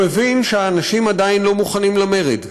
הוא הבין שהאנשים עדיין לא מוכנים למרד,